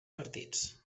partits